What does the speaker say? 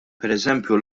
pereżempju